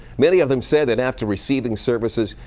many of them say that after receiving services,